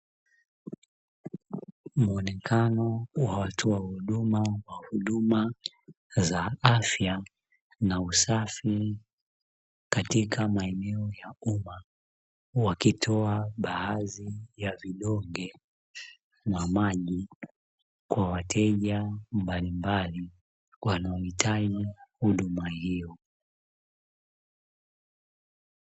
Muonekano wa watoa huduma za afya na usafi katika huduma za afya wakitoa huduma